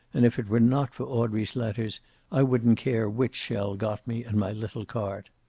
and if it were not for audrey's letters i wouldn't care which shell got me and my little cart.